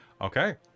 Okay